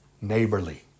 neighborly